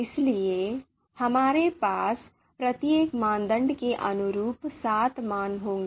इसलिए हमारे पास प्रत्येक मानदंड के अनुरूप सात मान होंगे